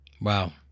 Wow